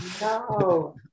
No